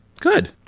good